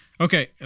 okay